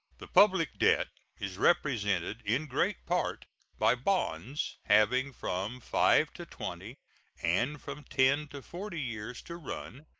the public debt is represented in great part by bonds having from five to twenty and from ten to forty years to run,